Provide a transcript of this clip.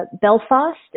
Belfast